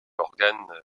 organes